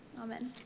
Amen